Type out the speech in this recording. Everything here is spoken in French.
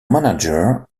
manager